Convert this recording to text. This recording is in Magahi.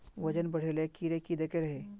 वजन बढे ले कीड़े की देके रहे?